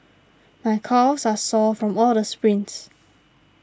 my calves are sore from all the sprints